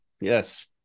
yes